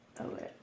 Okay